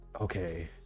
Okay